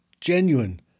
genuine